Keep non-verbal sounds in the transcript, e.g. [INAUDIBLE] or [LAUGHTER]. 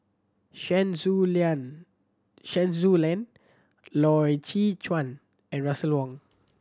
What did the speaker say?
Chen Su [UNINTELLIGIBLE] Chen Su Lan Loy Chye Chuan and Russel Wong